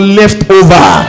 leftover